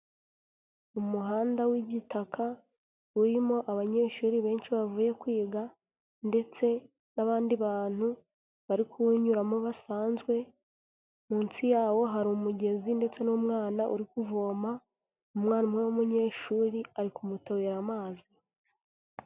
Umuhanda w'igitaka urimo abanyeshuri benshi bavuye kwiga ndetse n'abandi bantu bari kuwuyuramo basanzwe, munsi yawo hari umugezi ndetse n'umwana uri kuvoma. Umwana umwe w'umunyeshuri ari kumutobera amazi.